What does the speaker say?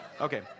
Okay